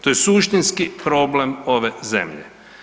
To je suštinski problem ove zemlje.